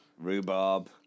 rhubarb